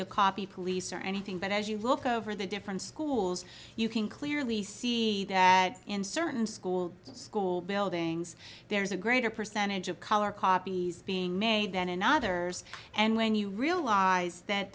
the copy police or anything but as you look over the different schools you can clearly see that in certain school school buildings there's a greater percentage of color copies being made than another's and when you realize that